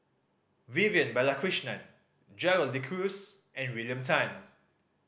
Vivian Balakrishnan Gerald De Cruz and William Tan